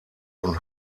und